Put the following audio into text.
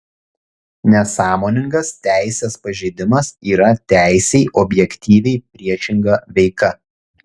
nesąmoningas teisės pažeidimas yra teisei objektyviai priešinga veika